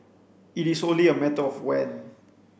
it is only a matter of when